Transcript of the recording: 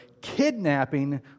kidnapping